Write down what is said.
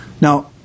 Now